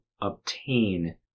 obtain